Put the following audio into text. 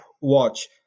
watch